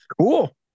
cool